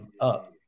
up